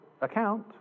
account